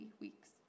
weeks